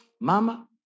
Mama